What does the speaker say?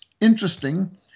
interesting